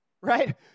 Right